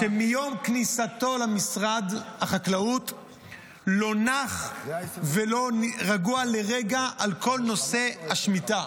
-- שמיום כניסתו למשרד החקלאות לא נח ולא רגוע לרגע בכל נושא השמיטה.